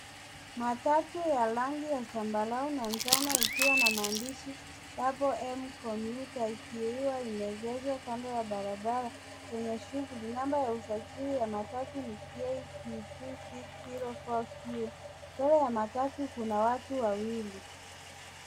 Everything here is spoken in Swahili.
Matatu ya rangi ya zambarau na njano ikiwa na maandishi Double M Commuter ikiwa imeegezwa kando ya barabara yenye shughuli. Namba ya usajili ya matatu ni KDT 604Q. Mbele ya matatu kuna watu wawili.